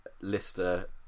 Lister